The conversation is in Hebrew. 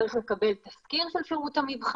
צריך לקבל תזכיר של שירות המבחן,